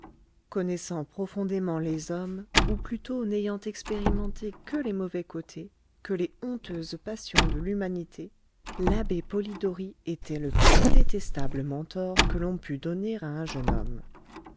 connaissant profondément les hommes ou plutôt n'ayant expérimenté que les mauvais côtés que les honteuses passions de l'humanité l'abbé polidori était le plus détestable mentor que l'on pût donner à un jeune homme